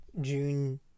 June